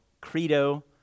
credo